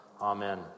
amen